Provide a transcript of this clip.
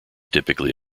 typically